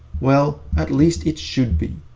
well at least it should be.